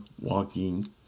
walking